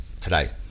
today